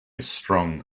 strong